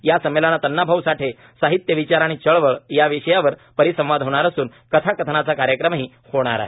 या संमेलनात अण्णाभाऊ साठे साहित्य विचार आणि चळवळ या विषयावर परिसंवाद होणार असून कथाकथनाचा कार्यक्रम ही होणार आहे